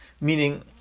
Meaning